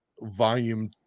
Volume